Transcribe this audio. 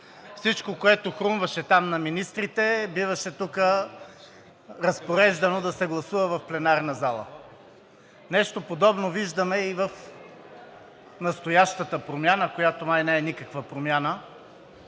Всичко, което хрумваше там на министрите, биваше разпореждано да се гласува в пленарната зала. Нещо подобно виждаме и в настоящата Промяна, която май не е никаква промяна,